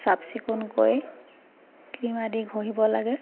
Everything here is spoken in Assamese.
চাফচিকুণকৈ ক্ৰীম আদি ঘঁহিব লাগে